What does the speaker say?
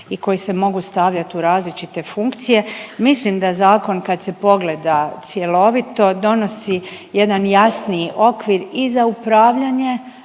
i koji se mogu stavljati u različite funkcije. Mislim da zakon, kad se pogleda cjelovito, donosi jedan jasniji okvir i za upravljanje,